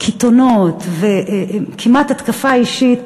קיתונות וכמעט התקפה אישית,